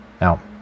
Now